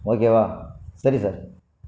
ஓகேவா சரி சார்